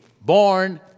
born